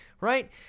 Right